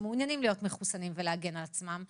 שמעוניינים להיות מחוסנים ולהגן על עצמם,